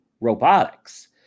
robotics